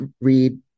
read